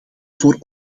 voor